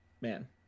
Man